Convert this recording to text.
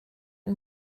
ein